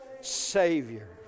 Savior